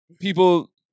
people